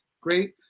great